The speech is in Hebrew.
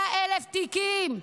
23,000 תיקים,